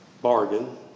bargain